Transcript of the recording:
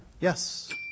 Yes